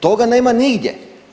Toga nema nigdje.